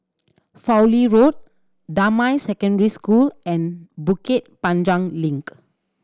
Fowlie Road Damai Secondary School and Bukit Panjang Link